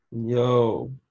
Yo